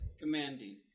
Commanding